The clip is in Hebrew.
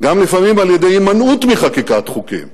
גם לפעמים על-ידי הימנעות מחקיקת חוקים,